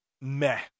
meh